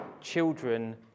children